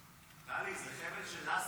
טלי, זה חבל של לאסו.